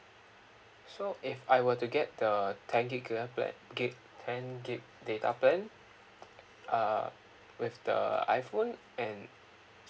so if I were to get the ten giga plan gig ten gig data plan uh with the iphone and